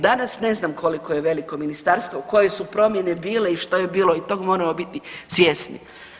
Danas ne znam koliko je veliko ministarstvo, koje su promjene bile i što je bilo i tog moramo biti svjesni.